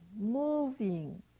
moving